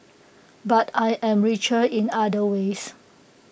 but I am richer in other ways